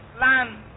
land